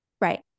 Right